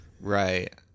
Right